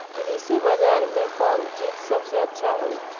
कृषि बजार में कौन चीज सबसे अच्छा होई?